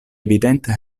evidente